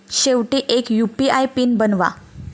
शेवटी एक UPI PIN बनवा